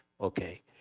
Okay